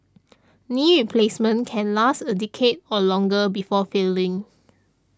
knee replacements can last a decade or longer before failing